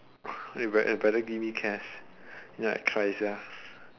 better better better give me cash if not I cry sia